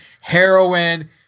heroin